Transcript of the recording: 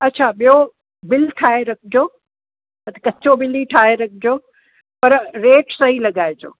अच्छा ॿियो बिल ठाहे रखजो हा त कचो बिल ई ठाहे रखजो पर रेट सही लॻाइजो